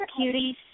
cuties